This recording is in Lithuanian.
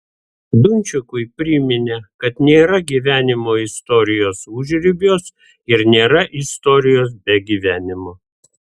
dunčikui priminė kad nėra gyvenimo istorijos užribiuos ir nėra istorijos be gyvenimo